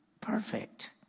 perfect